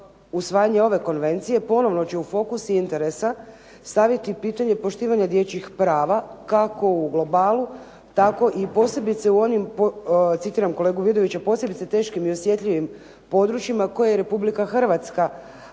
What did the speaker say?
Usvajanje ove konvencije ponovno će u fokus interesa staviti pitanje poštivanja dječjih prava, kako u globalu, tako i posebice i onim citiram kolegu Vidovića, "Posebice u teškim i osjetljivim područjima koje je Republika Hrvatska